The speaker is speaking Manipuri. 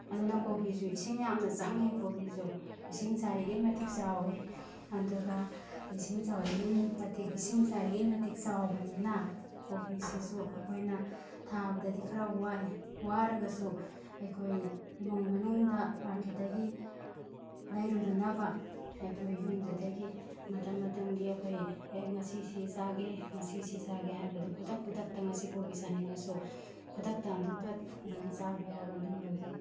ꯑꯗꯨꯅ ꯀꯣꯕꯤꯁꯨ ꯏꯁꯤꯡ ꯌꯥꯝꯅ ꯆꯪꯉꯦ ꯀꯣꯕꯤꯁꯨ ꯏꯁꯤꯡ ꯆꯥꯏꯔꯤꯈꯩ ꯃꯇꯤꯛ ꯆꯥꯎꯏ ꯑꯗꯨꯒ ꯏꯁꯤꯡ ꯆꯥꯎꯔꯤꯈꯩ ꯃꯇꯤꯛ ꯏꯁꯤꯡ ꯆꯥꯏꯔꯤꯈꯩ ꯃꯇꯤꯛ ꯆꯥꯎꯕꯅꯤꯅ ꯀꯣꯕꯤꯁꯤꯁꯨ ꯑꯩꯈꯣꯏꯅ ꯊꯥꯕꯗꯗꯤ ꯈꯔ ꯋꯥꯏ ꯋꯥꯔꯒꯁꯨ ꯑꯩꯈꯣꯏ ꯏꯃꯨꯡ ꯃꯅꯨꯡꯗ ꯃꯥꯔꯀꯦꯠꯇꯒꯤ ꯂꯩꯔꯨꯗꯅꯕ ꯑꯩꯈꯣꯏ ꯌꯨꯝꯗꯨꯗꯒꯤ ꯃꯇꯝ ꯃꯇꯝꯒꯤ ꯑꯩꯈꯣꯏ ꯑꯦ ꯉꯁꯤ ꯁꯤ ꯆꯥꯒꯦ ꯉꯁꯤ ꯁꯤ ꯆꯥꯒꯦ ꯍꯥꯏꯕꯗꯣ ꯈꯨꯗꯛ ꯈꯨꯗꯛꯇ ꯉꯁꯤ ꯀꯣꯕꯤ ꯆꯥꯅꯤꯡꯉꯁꯨ ꯈꯨꯗꯛꯇ ꯑꯗꯨꯝ ꯐꯠ ꯑꯗꯨꯝ ꯆꯥꯕ ꯌꯥꯕ ꯑꯗꯨꯝꯕꯒꯤ